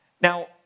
Now